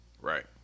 Right